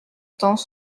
temps